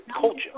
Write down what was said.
culture